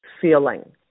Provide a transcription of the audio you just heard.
feeling